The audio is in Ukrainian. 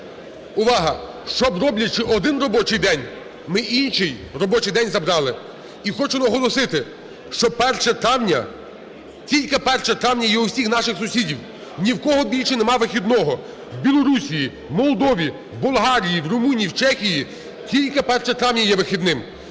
Увага! Щоб, роблячи один робочий день, ми й інший робочий день забрали. І хочу наголосити, що 1 травня, тільки 1 травня є в усіх наших сусідів. Ні в кого більше немає вихідного. У Білорусії, в Молдові, в Болгарії, в Румунії, в Чехії тільки 1 травня є вихідним.